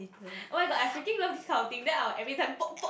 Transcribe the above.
oh-my-god I freaking love this kind of thing then I will every time poke poke